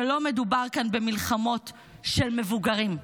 שלא מדובר כאן במלחמות של מבוגרים,